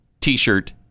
T-shirt